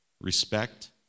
respect